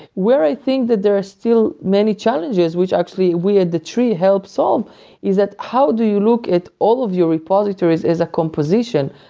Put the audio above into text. where i think that there are still many challenges, which actually we at datree help solve is that how do you look at all of your repositories as a composition?